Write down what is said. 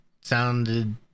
sounded